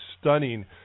stunning